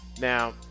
Now